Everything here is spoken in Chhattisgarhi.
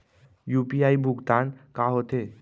यू.पी.आई भुगतान का होथे?